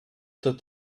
that